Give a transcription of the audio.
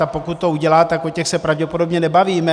A pokud to udělá, tak o těch se pravděpodobně nebavíme.